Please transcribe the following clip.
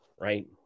right